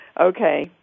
Okay